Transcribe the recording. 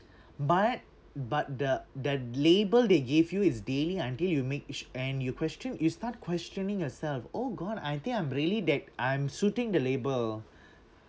but but the the label they give you is daily until you make each~ and you question you start questioning yourself oh god I think I'm really that I'm suiting the label